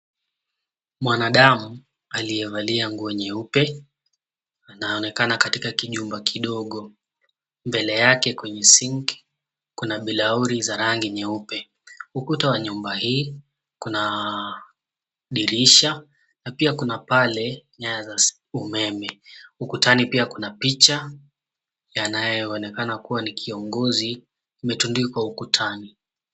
Mwanadamu aliyevalia nguo nyeupe anaonekana katika kijumba kidogo. Mbele yake kwenye sinki kuna bilauri za rangi nyeupe. Ukuta wa nyumba hii kuna dirisha na pia kuna pale nyaya za umeme. Ukutani pia kuna picha yanayoonekana kuwa ni kiongozi imetundikwa ukutani.